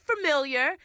familiar